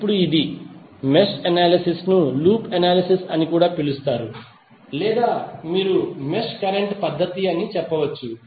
ఇప్పుడు ఇది mesh analysis ను లూప్ అనాలిసిస్ అని కూడా పిలుస్తారు లేదా మీరు మెష్ కరెంట్ పద్ధతి అని చెప్పవచ్చు